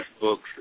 books